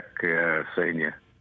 senior